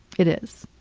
it is.